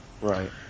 Right